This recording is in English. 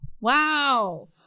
Wow